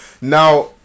Now